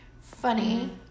funny